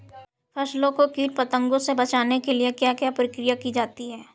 फसलों को कीट पतंगों से बचाने के लिए क्या क्या प्रकिर्या की जाती है?